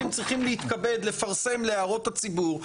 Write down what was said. תפרסמו להערות הציבור,